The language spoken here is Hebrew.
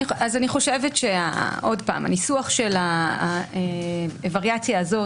אני חושבת שהניסוח של הווריאציה הזאת,